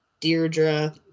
Deirdre